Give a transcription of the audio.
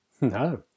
No